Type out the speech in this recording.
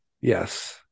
Yes